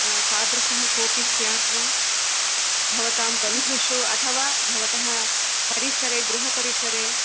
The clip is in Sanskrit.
तादृशः कोपि स्यात् वा भवतां बन्धुषु अथवा भवतः परिसरे गृहपरिसरे